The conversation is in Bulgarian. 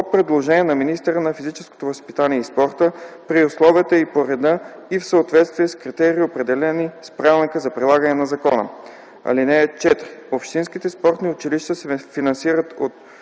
предложение на министъра на физическото възпитание и спорта, при условия и по ред и в съответствие с критерии, определени с правилника за прилагане на закона. (4) Общинските спортни училища се финансират от